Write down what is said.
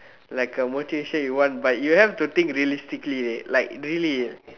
like a motivation you want but you have to think realistically dey like really